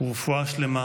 ורפואה שלמה